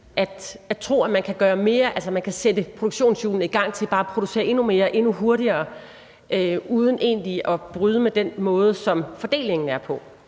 mere, at man kan sætte produktionshjulene i gang til bare at producere endnu mere og endnu hurtigere uden egentlig at bryde med den måde, som fordelingen er på.